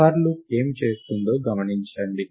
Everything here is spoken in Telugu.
ఫర్ లూప్ ఏమి చేస్తుందో గమనించండి